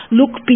look